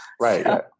Right